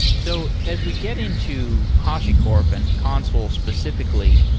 so as we get into hashicorp and consul specifically,